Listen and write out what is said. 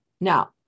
Now